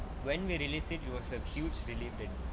when we release it it was a huge relief and